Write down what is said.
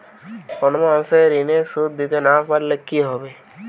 কোন মাস এ ঋণের সুধ দিতে না পারলে কি হবে?